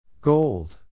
Gold